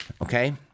Okay